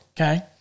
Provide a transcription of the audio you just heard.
okay